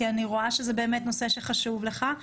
כי אני רואה שזה באמת נושא שחשוב לך.